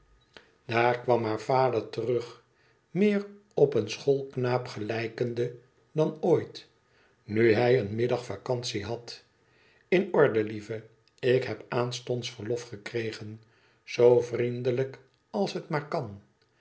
daar kwam haar vader terug meer op een schoolknaap gelijkende dan ooit nu hij een middag vacantiehad tin orde lieve ik heb aanstonds verlof gekregen zoo vriendelijk als het maar kan